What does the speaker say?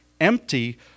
empty